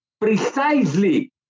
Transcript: precisely